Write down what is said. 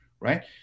right